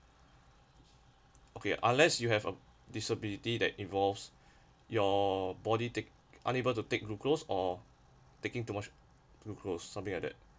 okay unless you have a disability that evolves your body take unable to take glucose or taking too much glucose something like that